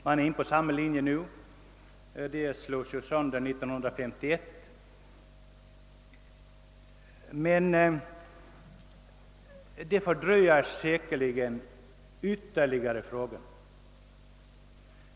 Men det förslaget slogs ju sönder av remissinstanserna 1951, och jag är säker på att en lösning av frågan nu kommer att ytterligare fördröjas.